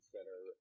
Center